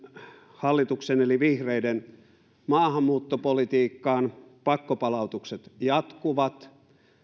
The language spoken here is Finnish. hallituksen eli vihreiden maahanmuuttopolitiikkaan pakkopalautukset jatkuvat